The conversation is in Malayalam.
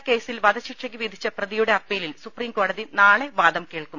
ഡൽഹി നിർഭയ കേസിൽ വധശിക്ഷയ്ക്ക് വിധിച്ച പ്രതിയുടെ അപ്പീലിൽ സുപ്രീം കോടതി നാളെ വാദംകേൾക്കും